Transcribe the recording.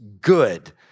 good